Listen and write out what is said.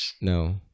No